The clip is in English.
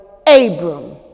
Abram